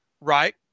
Right